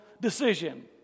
decision